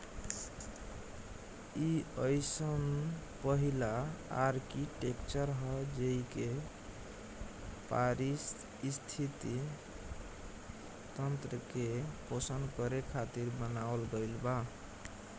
इ अइसन पहिला आर्कीटेक्चर ह जेइके पारिस्थिति तंत्र के पोषण करे खातिर बनावल गईल बा